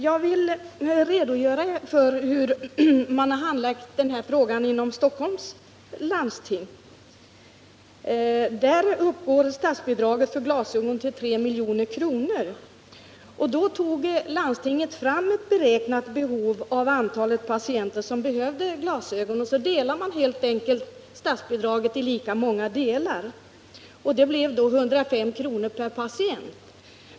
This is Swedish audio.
Jag vill redogöra för hur man har handlagt den här frågan inom Stockholms läns landsting. Där uppgår statsbidraget för glasögon till 3 milj.kr. Landstinget gjorde en beräkning av hur många patienter som behövde glasögon, och så delade man helt enkelt statsbidraget i motsvarande antal delar. Det blev då 105 kr. per pätient.